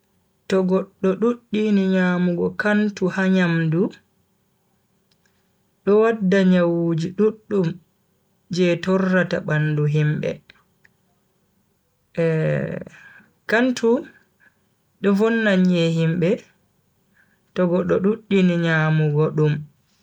To goddo duddini nyamugo kantu ha nyamdu, do wadda nyawuji duddum je torrata bandu himbe. kantu do vonna nyi'e himbe to goddo duddini nyamugo dum.